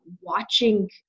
watching